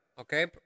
Okay